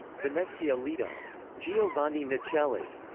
venezia-lido giovanni nicelli,